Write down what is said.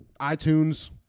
iTunes